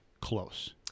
close